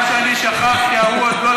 מה שאני שכחתי ההוא עוד לא